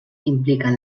impliquen